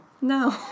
No